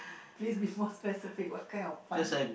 please be more specific what kind of fun